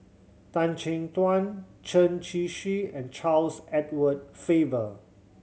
Tan Chin Tuan Chen Shiji and Charles Edward Faber